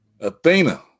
Athena